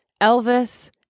Elvis